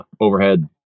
Overhead